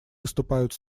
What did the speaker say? выступают